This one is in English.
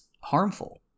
harmful